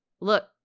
look